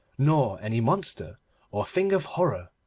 nor any monster or thing of horror,